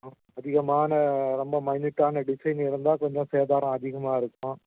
ஆ அதிகமான ரொம்ப மைனூட்டான டிசைன் இருந்தால் கொஞ்சம் சேதாரம் அதிகமாக இருக்கும்